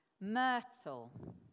myrtle